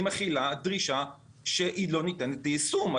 היא מכילה דרישה שהיא לא ניתנת ליישום.